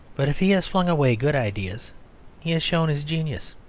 but if he has flung away good ideas he has shown his genius.